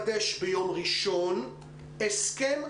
המיוחד מחייבת הסעות והנהגים בחל"ת.